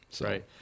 Right